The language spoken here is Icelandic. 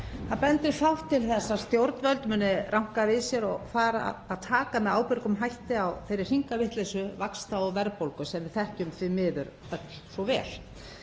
Það bendir fátt til þess að stjórnvöld muni ranka við sér og taka með ábyrgum hætti á þessari hringavitleysu vaxta og verðbólgu sem við þekkjum því miður öll svo vel.